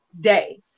day